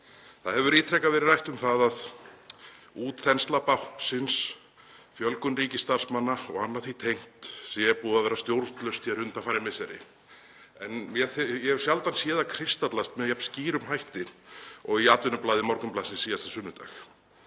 Það hefur ítrekað verið rætt um að útþensla báknsins, fjölgun ríkisstarfsmanna og annað því tengt sé búið að vera stjórnlaust hér undanfarin misseri. Ég hef sjaldan séð það kristallast með jafn skýrum hætti og í atvinnublaði Morgunblaðsins síðasta sunnudag.